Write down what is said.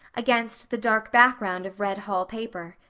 against the dark background of red hall paper.